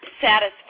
satisfied